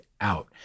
out